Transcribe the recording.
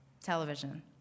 television